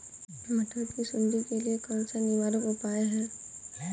मटर की सुंडी के लिए कौन सा निवारक उपाय है?